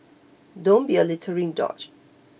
don't be a littering douche